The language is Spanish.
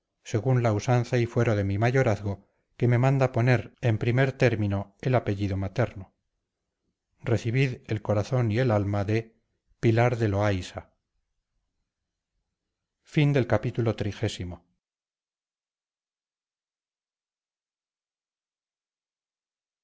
según la usanza y fuero de mi mayorazgo que me manda poner en primer término el apellido materno recibid el corazón y el alma de pilar de loaysa